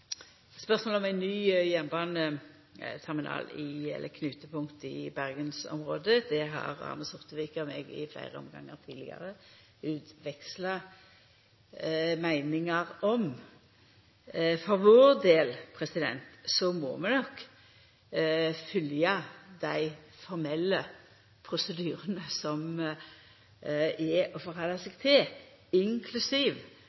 Spørsmålet om ein ny jernbaneterminal – eller knutepunkt – i bergensområdet har Arne Sortevik og eg i fleire omgangar tidlegare utveksla meiningar om. For vår del må vi nok følgja dei formelle prosedyrane som er,